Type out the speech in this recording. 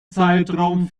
zeitraum